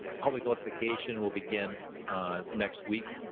public notification will begin next week,